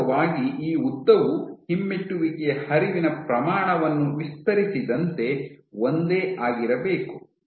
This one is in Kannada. ವಾಸ್ತವವಾಗಿ ಈ ಉದ್ದವು ಹಿಮ್ಮೆಟ್ಟುವಿಕೆಯ ಹರಿವಿನ ಪ್ರಮಾಣವನ್ನು ವಿಸ್ತರಿಸಿದಂತೆ ಒಂದೇ ಆಗಿರಬೇಕು